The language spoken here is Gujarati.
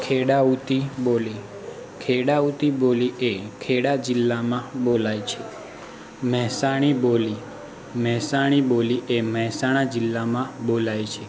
ખેડાઉતી બોલી ખેડાઉતી બોલી એ ખેડા જિલ્લામાં બોલાય છે મહેસાણી બોલી મહેસાણી બોલી એ મહેસાણા જિલ્લામાં બોલાય છે